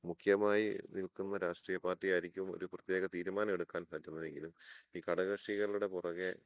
മുഖ്യമായി നിൽക്കുന്ന രാഷ്ട്രീയ പാർട്ടിയായിരിക്കും ഒരു പ്രത്യേക തീരുമാനെടുക്കാൻ പറ്റുന്നതെങ്കിലും ഈ ഘടക കക്ഷികളുടെ പുറകെ